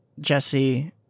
Jesse